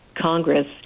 Congress